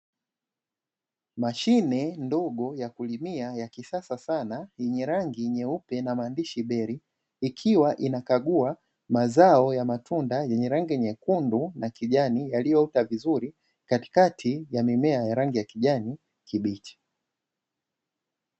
Mashine ndogo ya kulimia ya kisasa sana yenye rangi nyeupe na maandishi "Berry" ikiwa inakaguwa mazao ya matunda yenye rangi nyekundu na kijani yaliyoota vizuri katikati ya mimea ya rangi ya kijani kibichi.